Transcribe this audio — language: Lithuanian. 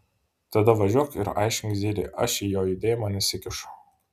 tada važiuok ir aiškink zylei aš į jo judėjimą nesikišu